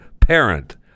parent